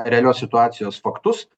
realios situacijos faktus